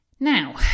Now